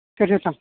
सोर सोर थांगोन